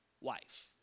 wife